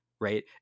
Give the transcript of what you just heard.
right